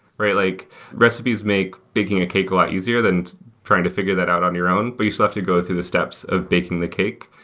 like recipes make baking a cake a lot easier than trying to figure that out on your own, but you still have to go through the steps of baking the cake.